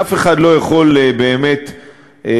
אף אחד לא יכול באמת לדעת,